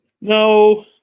No